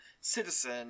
citizen